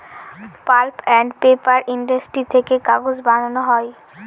pulp and paper industry থেকে কাগজ বানানো হয়